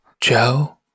Joe